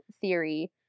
theory